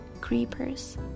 creepers